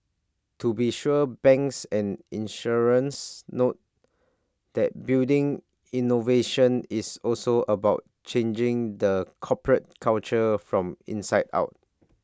to be sure banks and insurance note that building innovation is also about changing the corporate culture from inside out